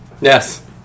Yes